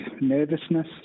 nervousness